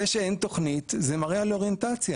זה שאין תוכנית זה מראה על אוריינטציה.